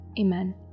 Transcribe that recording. Amen